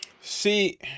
see